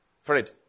Fred